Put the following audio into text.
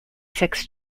six